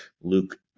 Luke